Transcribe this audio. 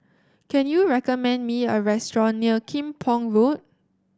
can you recommend me a restaurant near Kim Pong Road